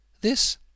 This